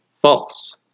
false